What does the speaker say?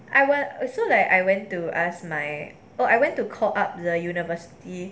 I want also like I went to ask my oh I went to call up the university